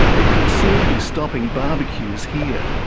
it could soon be stopping barbecues here.